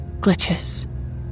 glitches